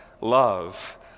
love